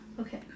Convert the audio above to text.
okay